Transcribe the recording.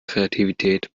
kreativität